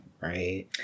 right